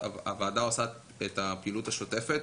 אז הדבר הזה היה לנו חשוב לשמור על אחידות וגם על תמונה רוחבית.